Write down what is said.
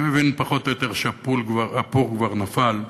אני מבין פחות או יותר שהפור כבר נפל,